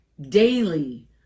daily